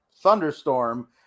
Thunderstorm